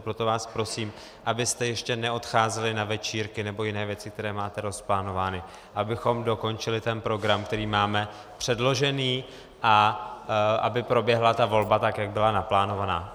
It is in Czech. Proto vás prosím, abyste ještě neodcházeli na večírky nebo jiné věci, které máte rozplánovány, abychom dokončili ten program, který máme předložený, a aby proběhla volba tak, jak byla naplánována.